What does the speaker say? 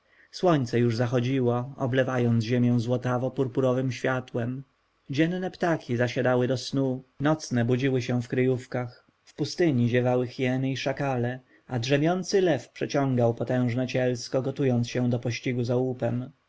słońce już zachodziło oblewając ziemię złotawo-purpurowem światłem dzienne ptaki zasiadały do snu nocnej budziły się w kryjówkach w pustyni ziewały hieny i szakale a drzemiący lew przeciągał potężne cielsko gotując się do pościgów za łupem